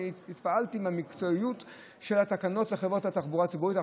התפעלתי מהמקצועיות של התקנות לחברות התחבורה הציבורית.